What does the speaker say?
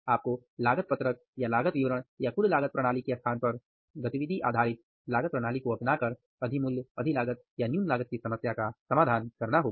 आपको लागत पत्रक या लागत विवरण या कुल लागत प्रणाली के स्थान पर गतिविधि आधारित लागत प्रणाली को अपनाकर अधि मूल्य अधि लागत या न्यून लागत की समस्या का समाधान करना होगा